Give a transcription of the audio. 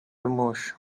موش